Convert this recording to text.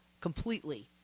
completely